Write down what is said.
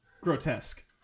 Grotesque